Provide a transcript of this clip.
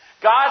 God